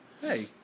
Hey